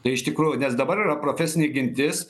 tai iš tikrųjų nes dabar yra profesinė gintis